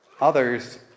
Others